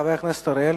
חבר הכנסת אורי אריאל,